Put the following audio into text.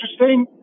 interesting